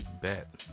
bet